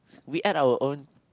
we add our own